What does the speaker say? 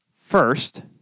first